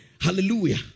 Hallelujah